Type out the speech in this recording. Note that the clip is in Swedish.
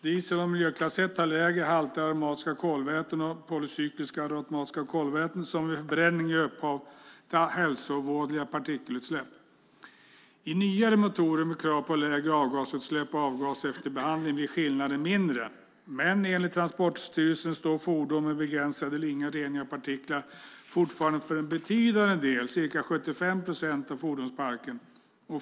Diesel miljöklass 1 har lägre halter av aromatiska kolväten och polycykliska aromatiska kolväten som vid förbränning ger upphov till hälsovådliga partikelutsläpp. I nyare motorer för vilka gäller krav på lägre avgasutsläpp och på avgasefterbehandling blir skillnaden mindre. Men enligt Transportstyrelsen står fordon med begränsad eller ingen rening av partiklar fortfarande för en betydande del, ca 75 procent, av fordonsparken.